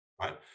right